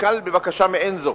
הנתקל בבקשה מעין זו,